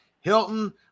Hilton